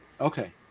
okay